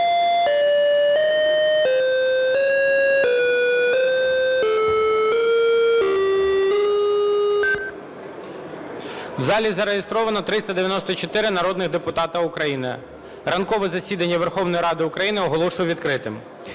В залі зареєстровано 394 народних депутата України. Ранкове засідання Верховної Ради України оголошую відкритим.